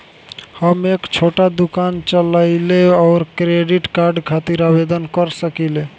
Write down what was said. हम एक छोटा दुकान चलवइले और क्रेडिट कार्ड खातिर आवेदन कर सकिले?